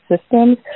systems